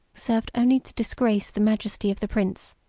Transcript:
served only to disgrace the majesty of the prince,